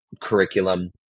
curriculum